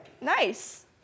Nice